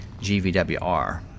GVWR